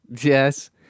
Yes